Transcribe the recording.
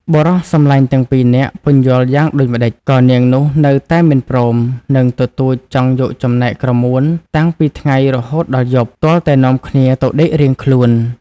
បុរសសម្លាញ់ទាំងពីរនាក់ពន្យល់យ៉ាងដូចម្តេច ក៏នាងនោះនៅតែមិនព្រម និងទទូចចង់យកចំណែកក្រមួន តាំងពីថ្ងៃរហូតដល់យប់ ទាល់តែនាំគ្នាទៅដេករៀងខ្លួនទៅ ។